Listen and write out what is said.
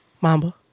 Mamba